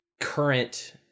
current